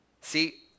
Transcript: See